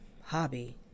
hobby